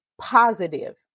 positive